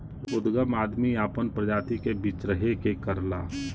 उदगम आदमी आपन प्रजाति के बीच्रहे के करला